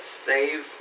save